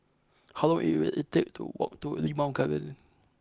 how long it will it take to walk to a Limau Garden